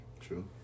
True